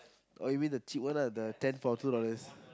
oh you mean the cheap one lah the ten for two dollars